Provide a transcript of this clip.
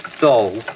doll